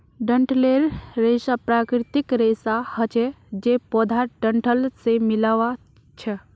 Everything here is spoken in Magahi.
डंठलेर रेशा प्राकृतिक रेशा हछे जे पौधार डंठल से मिल्आ छअ